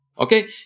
Okay